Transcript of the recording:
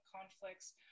conflicts